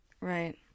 Right